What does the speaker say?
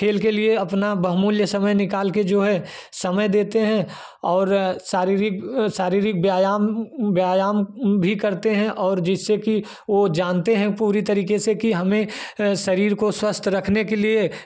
खेल के लिए अपना बहुमूल्य समय निकाल के जो है समय देते हैं और शारीरिक शारीरिक व्यायाम व्यायाम भी करते हैं और जिससे कि वह जानते हैं पूरी तरीके से कि हमें शरीर को स्वस्थ रखने के लिए